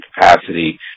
capacity